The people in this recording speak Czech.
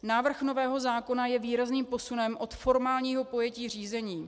Návrh nového zákona je výrazným posunem od formálního pojetí řízení.